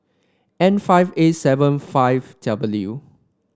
N five A seven five W